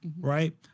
right